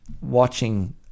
watching